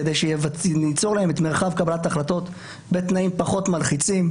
כדי שניצור להם את מרחב קבלת ההחלטות בתנאים פחות מלחיצים,